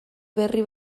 berri